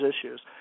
issues